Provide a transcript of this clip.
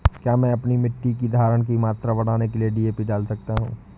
क्या मैं अपनी मिट्टी में धारण की मात्रा बढ़ाने के लिए डी.ए.पी डाल सकता हूँ?